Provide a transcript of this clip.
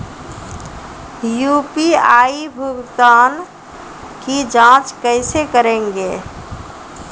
UPI भुगतान की जाँच कैसे करेंगे?